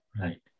Right